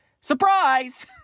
Surprise